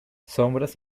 sombras